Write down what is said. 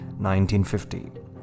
1950